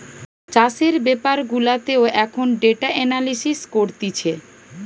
চাষের বেপার গুলাতেও এখন ডেটা এনালিসিস করতিছে